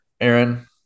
Aaron